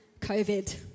COVID